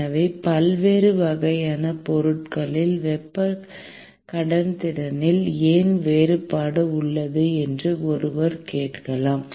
எனவே பல்வேறு வகையான பொருட்களில் வெப்ப கடத்துத்திறனில் ஏன் வேறுபாடு உள்ளது என்று ஒருவர் கேள்வி கேட்கலாம்